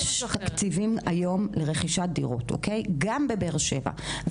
יש תקציבים היום לרכישת דירות גם בבאר שבע.